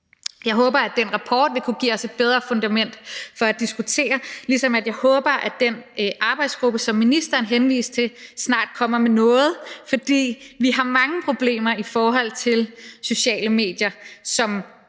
Jeg håber, at den rapport vil kunne give os et bedre fundament for at diskutere, ligesom jeg håber, at den arbejdsgruppe, som ministeren henviste til, snart kommer med noget. For vi har mange problemer i forhold til sociale medier, og